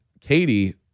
Katie